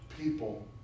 people